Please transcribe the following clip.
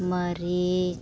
ᱢᱟᱹᱨᱤᱪ